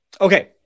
okay